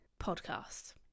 podcast